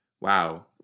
Wow